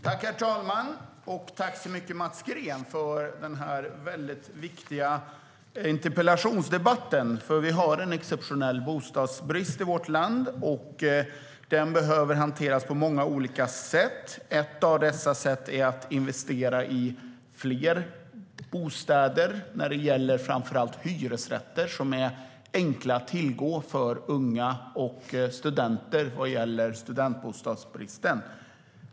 Herr talman! Tack, Mats Green, för denna viktiga interpellation, för vi har en exceptionell bostadsbrist i vårt land. Den behöver hanteras på många olika sätt. Ett av dessa sätt är att investera i fler bostäder när det gäller framför allt hyresrätter, som är enkla att tillgå för unga och studenter vad gäller studentbostadsbristen.